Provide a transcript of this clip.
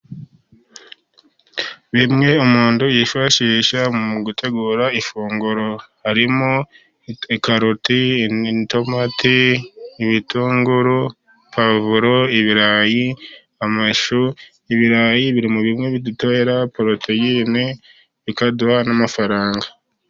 Bimwe umuntu yifashisha mu gutegura ifunguro, harimo karoti, itomati, ibitunguru, pwavuro, ibirayi, amashu. Ibirayi biri muri bimwe bidutera poroteyine, bikaduha n'amafaranga.